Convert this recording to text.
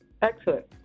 Excellent